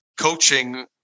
coaching